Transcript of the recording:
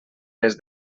les